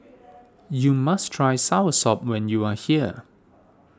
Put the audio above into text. you must try Soursop when you are here